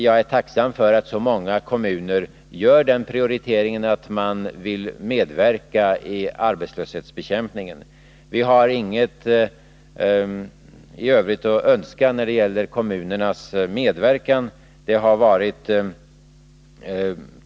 Jag är tacksam för att så många kommuner gör en prioritering som innebär att man vill medverka i arbetslöshetsbekämpningen. Vi har inget övrigt att önska när det gäller kommunernas medverkan.